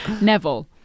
Neville